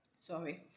sorry